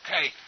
Okay